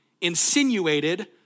insinuated